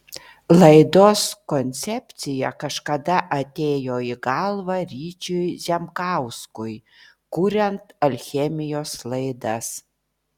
laidos koncepcija kažkada atėjo į galvą ryčiui zemkauskui kuriant alchemijos laidas